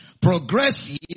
Progressive